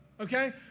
okay